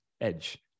edge